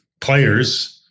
players